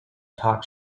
talk